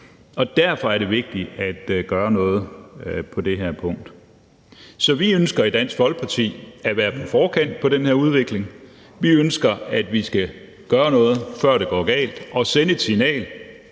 og derfor er det vigtigt at gøre noget på det her punkt. Så vi ønsker i Dansk Folkeparti at være på forkant med den her udvikling, vi ønsker, at vi skal gøre noget, før det går galt, og sende et signal